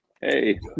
Hey